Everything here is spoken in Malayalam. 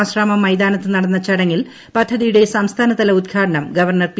ആശ്രാമം മൈതാനത്ത് നടന്ന ചടങ്ങിൽ പദ്ധതിയുടെ സംസ്ഥാനതല ഉദ്ഘാടനം ഗവർണർ പി